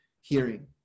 hearing